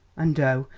and oh!